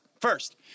First